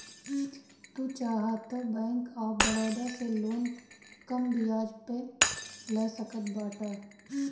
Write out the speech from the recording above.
तू चाहअ तअ बैंक ऑफ़ बड़ोदा से लोन कम बियाज पअ ले सकत बाटअ